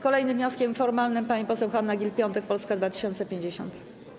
Kolejny wniosek formalny, pani poseł Hanna Gill-Piątek, Polska 2050.